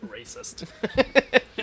Racist